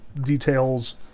details